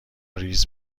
ریز